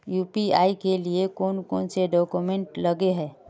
UPI के लिए कौन कौन से डॉक्यूमेंट लगे है?